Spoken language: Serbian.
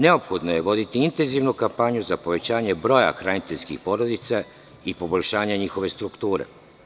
Neophodno je voditi intenzivnu kampanju za povećanje broja hraniteljskih porodica i poboljšanje njihove strukture.